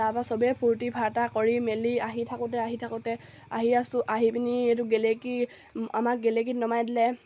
তাৰপৰা সবেই ফূৰ্তি ফাৰ্তা কৰি মেলি আহি থাকোঁতে আহি থাকোঁতে আহি আছোঁ আহি পিনি এইটো গেলেকী আমাক গেলেকীত নমাই দিলে